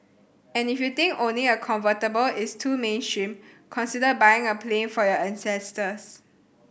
and if you think owning a convertible is too mainstream consider buying a plane for your ancestors